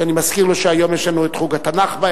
שאני מזכיר לו שהערב יש חוג התנ"ך.